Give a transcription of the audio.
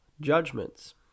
judgments